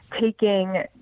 taking